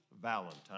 Valentine